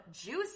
JUICY